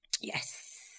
Yes